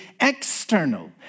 external